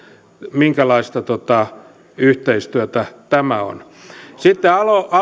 minkälaista yhteistyötä tämä on sitten